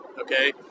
okay